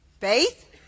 Faith